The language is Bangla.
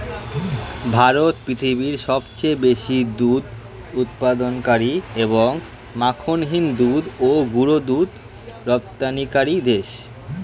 ভারত পৃথিবীর সবচেয়ে বেশি দুধ উৎপাদনকারী এবং মাখনহীন দুধ ও গুঁড়ো দুধ রপ্তানিকারী দেশ